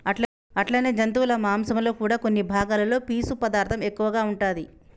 అట్లనే జంతువుల మాంసంలో కూడా కొన్ని భాగాలలో పీసు పదార్థం ఎక్కువగా ఉంటాది